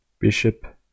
Bishop